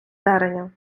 тереня